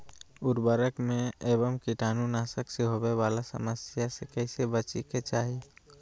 उर्वरक एवं कीटाणु नाशक से होवे वाला समस्या से कैसै बची के चाहि?